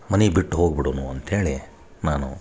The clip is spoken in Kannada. ಮನೆ ಬಿಟ್ಟು ಹೋಗ್ಬಿಡುನು ಅಂತ್ಹೇಳಿ ನಾನು